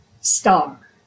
star